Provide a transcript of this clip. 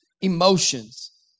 emotions